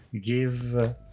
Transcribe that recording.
give